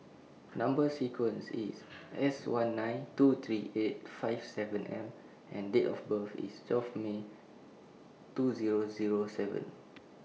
Number sequence IS S one nine two three eight five seven M and Date of birth IS twelve May two Zero Zero seven